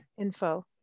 info